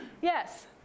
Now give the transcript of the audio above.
Yes